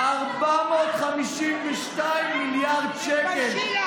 452 מיליארד שקל,